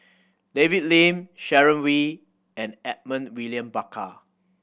David Lim Sharon Wee and Edmund William Barker